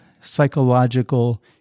psychological